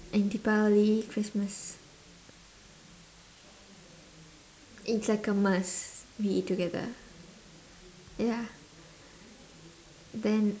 and deepavali christmas it's like a must we eat together ya then